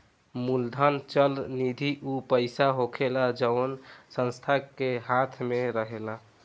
मूलधन चल निधि ऊ पईसा होखेला जवना संस्था के हाथ मे रहेला